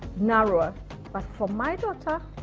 narrower but for my daughter,